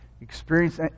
experience